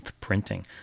printing